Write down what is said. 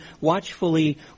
watchfully